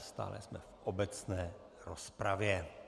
Stále jsme v obecné rozpravě.